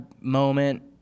moment